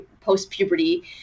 post-puberty